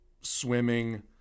swimming